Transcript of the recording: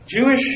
Jewish